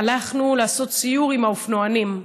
הלכנו לעשות סיור עם האופנוענים,